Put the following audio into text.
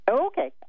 okay